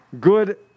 good